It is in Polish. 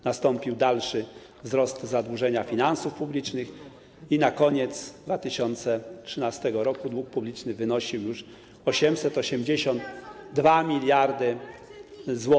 Nastąpił dalszy wzrost zadłużenia finansów publicznych i na koniec 2013 r. dług publiczny wynosił już 882 mld zł.